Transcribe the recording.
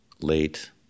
late